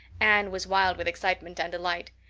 anne was wild with excitement and delight.